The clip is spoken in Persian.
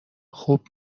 خوب